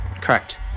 Correct